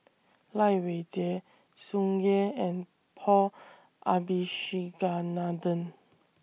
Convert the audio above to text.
Lai Weijie Tsung Yeh and Paul Abisheganaden